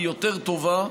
היא יותר טובה,